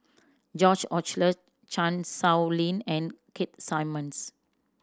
George Oehlers Chan Sow Lin and Keith Simmons